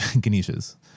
Ganesha's